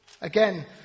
Again